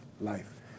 life